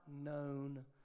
known